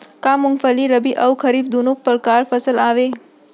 का मूंगफली रबि अऊ खरीफ दूनो परकार फसल आवय?